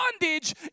bondage